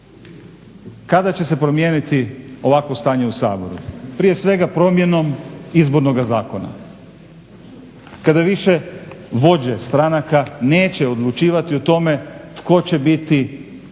Kada će se promijeniti ovakvo stanje u Saboru, prije svega promjenom Izbornoga zakona, kada više vođe stranaka neće odlučivati o tome tko će biti na